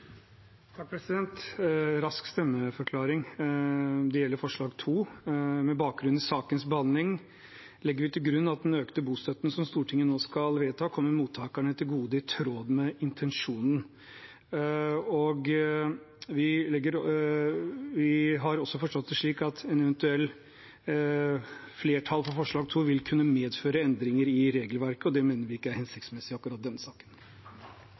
gi en rask stemmeforklaring – det gjelder forslag nr. 2. Med bakgrunn i sakens behandling legger vi til grunn at den økte bostøtten som Stortinget nå skal vedta, kommer mottakerne til gode i tråd med intensjonen. Vi har også forstått det slik at et eventuelt flertall for forslag nr. 2 vil kunne medføre endringer i regelverket, og det mener vi ikke er hensiktsmessig i akkurat denne saken.